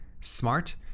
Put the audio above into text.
smart